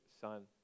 Son